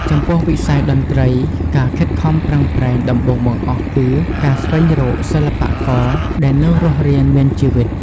ចំពោះវិស័យតន្ត្រី ការខិតខំប្រឹងប្រែងដំបូងបង្អស់គឺ ការស្វែងរកសិល្បករដែលនៅរស់រានមានជីវិត។